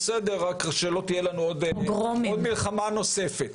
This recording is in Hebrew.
רק שלא תהיה לנו עוד מלחמה נוספת.